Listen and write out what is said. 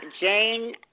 Jane